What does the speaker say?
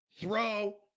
throw